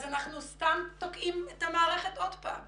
אז אנחנו סתם תוקעים את המערכת עוד פעם.